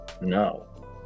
No